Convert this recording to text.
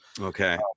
Okay